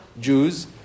Jews